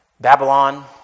Babylon